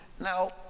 Now